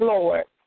Lord